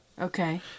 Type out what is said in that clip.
Okay